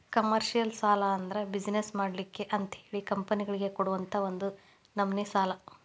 commercial ಸಾಲಾ ಅಂದ್ರ business ಮಾಡ್ಲಿಕ್ಕೆ ಅಂತಹೇಳಿ ಕಂಪನಿಗಳಿಗೆ ಕೊಡುವಂತಾ ಒಂದ ನಮ್ನಿ ಸಾಲಾ